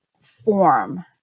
form